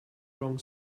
wrong